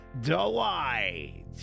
Delight